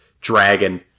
Dragon